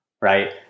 right